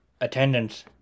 attendance